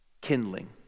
kindling